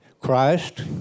Christ